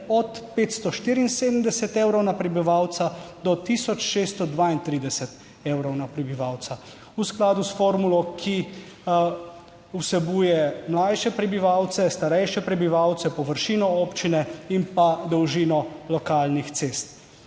od 574 evrov na prebivalca do 1632 evrov na prebivalca v skladu s formulo, ki vsebuje mlajše prebivalce, starejše prebivalce, površino občine in pa dolžino lokalnih cest.